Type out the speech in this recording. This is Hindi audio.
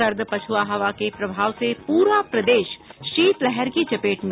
सर्द पछुआ हवा के प्रभाव से पूरा प्रदेश शीतलहर की चपेट में